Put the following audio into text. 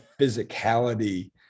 physicality